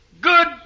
good